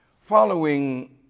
Following